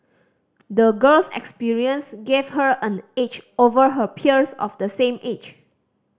the girl's experience gave her an edge over her peers of the same age